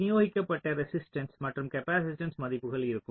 விநியோகிக்கப்பட்ட ரெசிஸ்ட்டன்ஸ் மற்றும் காப்பாசிட்டன்ஸ் மதிப்புகள் இருக்கும்